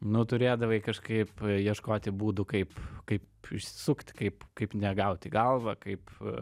nu turėdavai kažkaip ieškoti būdų kaip kaip išsisukti kaip kaip negaut į galvą kaip